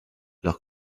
leurs